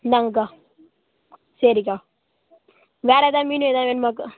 இந்தாங்கக்கா சரிக்கா வேறு ஏதாவது மீன் ஏதாவது வேணுமாக்கா